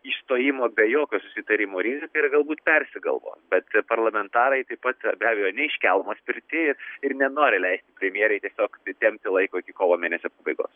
išstojimo be jokio susitarimo rizika ir galbūt persigalvom bet parlamentarai taip pat be abejo ne iš kelmo spirti ir nenori leisti premjerei tiesiog ti tempti laiko iki kovo mėnesio pabaigos